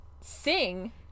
sing